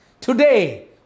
today